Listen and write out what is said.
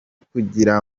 kugira